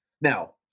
Now